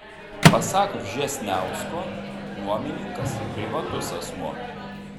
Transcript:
pasak vžesniausko nuomininkas privatus asmuo